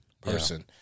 person